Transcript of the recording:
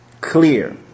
Clear